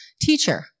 Teacher